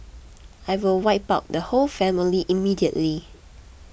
I will wipe out the whole family immediately